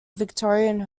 victorian